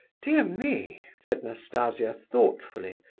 dear me, said nastasia, thoughtfully,